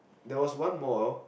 there was one more